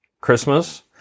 Christmas